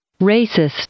Racist